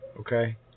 okay